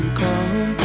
come